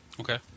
Okay